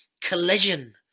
collision